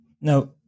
Now